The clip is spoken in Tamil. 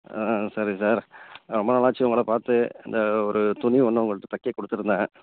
ஆ சரி சார் ரொம்ப நாளாச்சு உங்களை பார்த்து இந்த ஒரு துணி ஒன்று உங்கள்கிட்ட தைக்க கொடுத்துருந்தேன்